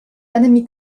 enemy